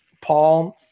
Paul